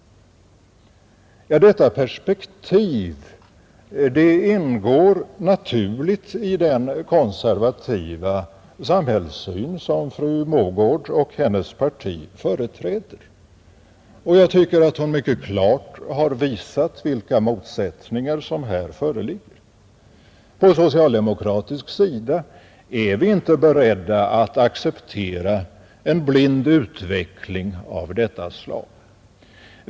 Detta perspektiv ingår naturligt i den konservativa samhällsyn som fru Mogård och hennes parti företräder. Jag tycker att hon mycket klart har visat vilka motsättningar som här föreligger. På socialdemokratisk sida är vi inte beredda att acceptera en blind utveckling av detta slag.